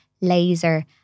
laser